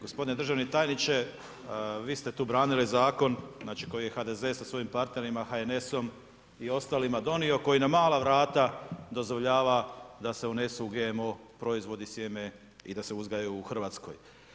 Gospodine državni tajniče, vi ste tu branili Zakon znači, koji je HDZ sa svojim partnerima HNS-om i ostalima donio, koji na mala vrata dozvoljava da se unesu GMO proizvodi, sjeme i da se uzgajaju u RH.